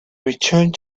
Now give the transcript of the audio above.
returned